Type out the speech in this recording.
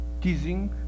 teasing